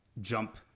jump